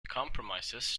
comprises